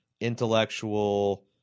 intellectual